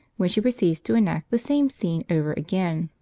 when she proceeds to enact the same scene over again.